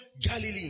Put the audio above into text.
Galilee